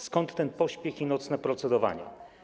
Skąd ten pośpiech i nocne procedowanie?